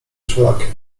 wszelakie